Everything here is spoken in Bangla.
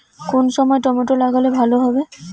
কোন সময় টমেটো লাগালে ভালো হবে?